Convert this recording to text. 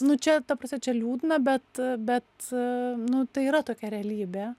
nu čia ta prasme čia liūdna bet bet nu tai yra tokia realybė